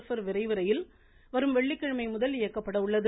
்பர் விரைவு ரயில் வரும் வெள்ளிக்கிழமை முதல் இயக்கப்பட உள்ளது